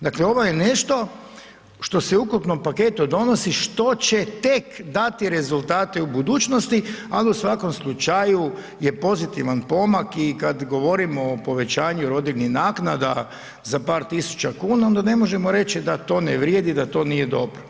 Dakle, ovo je nešto što se u ukupnom paketu donosi, što će tek dati rezultate u budućnosti, al u svakom slučaju je pozitivan pomak i kad govorimo o povećanju rodiljnih naknada za par tisuća kuna onda ne možemo reći da to ne vrijedi i da to nije dobro.